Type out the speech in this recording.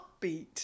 upbeat